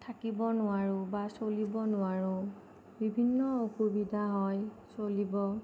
থাকিব নোৱাৰোঁ বা চলিব নোৱাৰোঁ বিভিন্ন অসুবিধা হয় চলিব